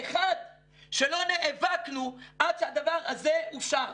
שלא נאבקנו עד שהדבר הזה אושר,